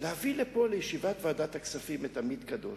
להביא לפה לישיבת ועדת הכספים את עמית קדוש,